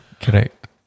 Correct